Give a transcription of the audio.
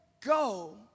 go